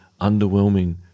underwhelming